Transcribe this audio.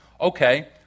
Okay